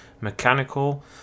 mechanical